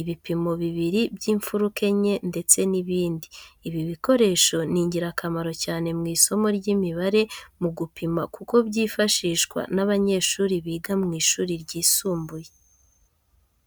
ibipimo bibiri by'imfuruka enye ndetse n'ibindi. Ibi bikoresho ni ingirakamaro cyane mu isomo ry'imibare mu gupima kuko byifashishwa n'abanyeshuri biga mu ishuri ryisumbuye.